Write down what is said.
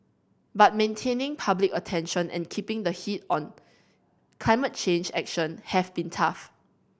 but maintaining public attention and keeping the heat on climate change action have been tough